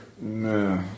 No